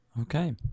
Okay